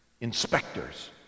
inspectors